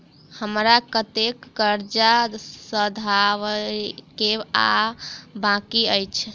हमरा कतेक कर्जा सधाबई केँ आ बाकी अछि?